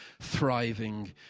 thriving